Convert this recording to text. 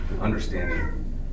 understanding